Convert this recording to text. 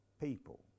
people